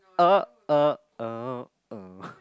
oh oh oh oh oh